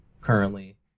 currently